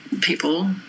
people